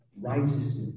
righteousness